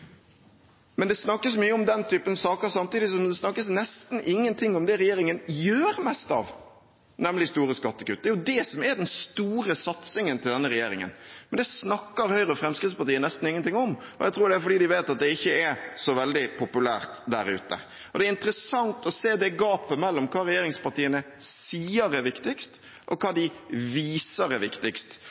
Det snakkes mye om den typen saker samtidig som det nesten ikke snakkes om det regjeringen gjør mest av, nemlig store skattekutt. Det er jo det som er den store satsingen til denne regjeringen. Men det snakker Høyre og Fremskrittspartiet nesten ingenting om, og jeg tror det er fordi de vet at det ikke er så veldig populært der ute. Det er interessant å se det gapet mellom hva regjeringspartiene sier er viktigst, og hva de viser er viktigst.